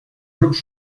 grups